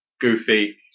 Goofy